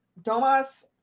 Domas